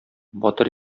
батыр